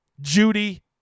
Judy